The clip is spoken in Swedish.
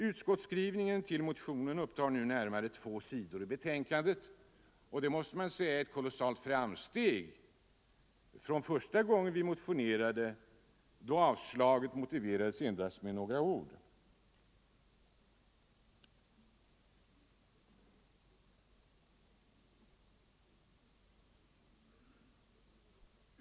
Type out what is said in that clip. Utskottsskrivningen till motionen upptar nu närmare två sidor i betänkandet, och det är ett kolossalt framsteg jämfört med den första gången när vi motionerade. Då motiverades avstyrkandet med endast några ord.